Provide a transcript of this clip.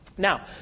Now